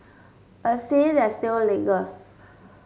a scent that still lingers